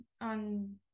on